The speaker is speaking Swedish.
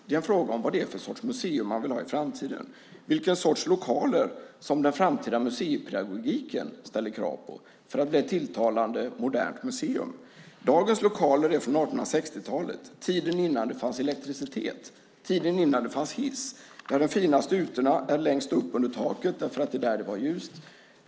Det är en fråga om vad för sorts museum man vill ha i framtiden och vilken sorts lokaler som den framtida museipedagogiken ställer krav på för att det här ska bli ett tilltalande och modernt museum. Dagens lokaler är från 1860-talet - tiden innan det fanns elektricitet och tiden innan det fanns hiss. De finaste ytorna finns längst upp under taket eftersom det är där det var ljust.